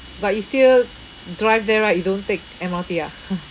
but you still drive there right you don't take M_R_T ah